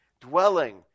dwelling